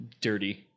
Dirty